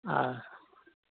آ